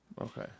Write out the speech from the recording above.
Okay